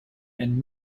and